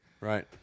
right